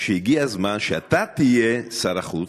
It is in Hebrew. שהגיע הזמן שאתה תהיה שר החוץ?